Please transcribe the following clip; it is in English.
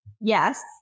Yes